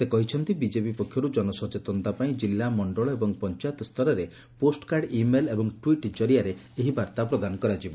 ସେ କହିଛନ୍ତି ବିଜେପି ପକ୍ଷର୍ ଜନସଚେତନତା ପାଇଁ ଜିଲ୍ଲା ମଣ୍ଡଳ ଏବଂ ପଞାୟତ ସ୍ତରରେ ପୋଷ୍ଟକାର୍ଡ ଇମେଲ୍ ଏବଂ ଟ୍ୱିଟ୍ ଜରିଆରେ ଏହି ବାର୍ତ୍ତା ପ୍ରଦାନ କରାଯିବ